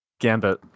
Gambit